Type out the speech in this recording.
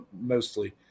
mostly